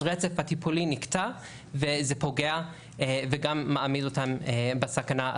אז רצף הטיפולים נקטע וזה פוגע וגם מעמיד אותן בסכנה.